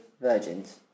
virgins